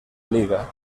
liga